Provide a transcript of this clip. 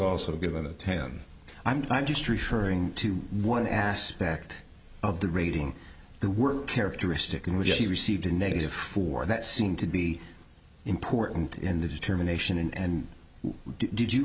also given to him i'm just referring to one aspect of the rating the work characteristic in which he received a negative for that seem to be important in the determination and did you